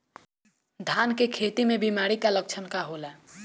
धान के खेती में बिमारी का लक्षण का होला?